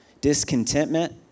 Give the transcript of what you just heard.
Discontentment